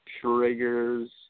triggers